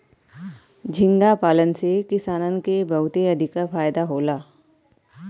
झींगा पालन से किसानन के बहुते अधिका फायदा होला